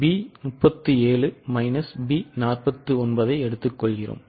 B 37 minus B 49ஐ எடுத்துக்கொள்கிறோம்